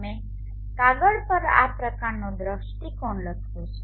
અમે કાગળ પર આ પ્રકારનો દૃષ્ટિકોણ લખ્યો છે